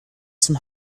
some